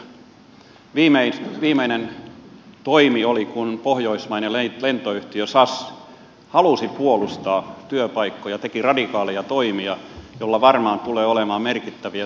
viimeinen toimi oli kun pohjoismainen lentoyhtiö sas halusi puolustaa työpaikkoja teki radikaaleja toimia joilla varmaan tulee olemaan merkittäviä seurauksia